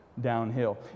downhill